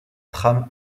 tram